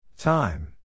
Time